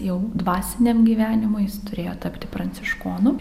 jau dvasiniam gyvenimui jis turėjo tapti pranciškonu